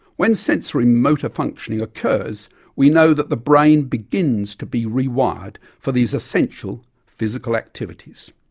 when sensory motor functioning occurs we know that the brain begins to be rewired for these essential physical activities.